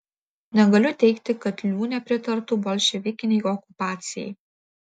negaliu teigti kad liūnė pritartų bolševikinei okupacijai